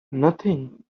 nothing